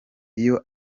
iyo